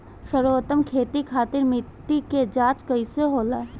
सर्वोत्तम खेती खातिर मिट्टी के जाँच कइसे होला?